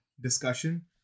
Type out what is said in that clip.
discussion